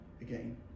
again